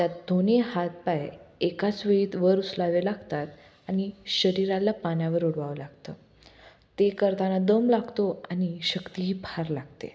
त्यात दोनी हात पाय एकाच वेळीत वर उचलावे लागतात आणि शरीराला पाण्यावर उडवावं लागतं ते करताना दम लागतो आणि शक्तीही फार लागते